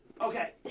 Okay